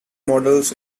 models